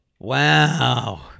Wow